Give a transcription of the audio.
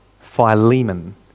Philemon